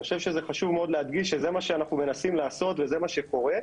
אני חושב שזה חשוב מאוד להדגיש שזה מה שאנחנו מנסים לעשות וזה מה שקורה.